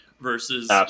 versus